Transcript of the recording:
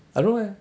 I don't know eh